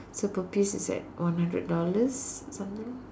so per piece it's like one hundred dollars something